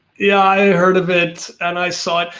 yeah, i heard of it and i saw it.